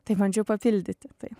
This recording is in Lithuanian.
tai bandžiau papildyti tai